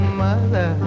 mother